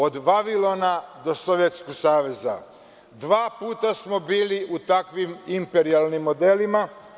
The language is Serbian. Od Vavilona do SSSR dva puta smo bili u takvim imperijalnim modelima.